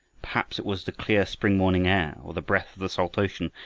perhaps it was the clear spring morning air, or the breath of the salt ocean,